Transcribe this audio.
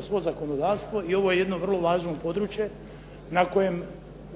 svo zakonodavstvo i ovo je jedno vrlo važno područje na kojem